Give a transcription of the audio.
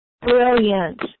Brilliant